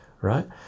right